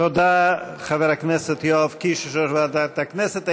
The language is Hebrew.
תודה, חבר הכנסת יואב קיש, יושב-ראש ועדת הכנסת.